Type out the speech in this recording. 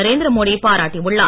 நரேந்திர மோடி பாராட்டியுள்ளார்